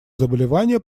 заболевания